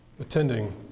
attending